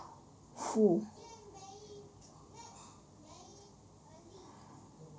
!fuh!